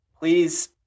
please